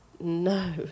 No